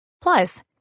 Plus